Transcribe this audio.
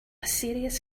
serious